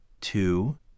two